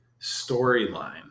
storyline